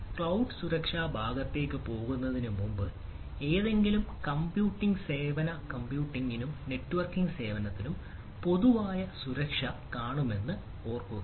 cloud സുരക്ഷാ ഭാഗത്തേക്ക് പോകുന്നതിനുമുമ്പ് ഏതെങ്കിലും കമ്പ്യൂട്ടിംഗ് സേവന കമ്പ്യൂട്ടിംഗിനും നെറ്റ്വർക്കിംഗ് സേവനത്തിനും പൊതുവായി സുരക്ഷ കാണുമെന്നത് ഓർക്കുക